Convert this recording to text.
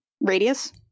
radius